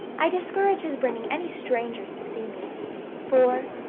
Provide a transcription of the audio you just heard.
i discourage his bringing any strangers to see me for,